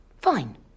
fine